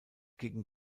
gegen